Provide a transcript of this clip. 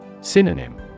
Synonym